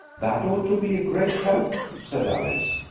that ought to be a great help, said alice.